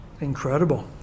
Incredible